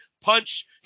punch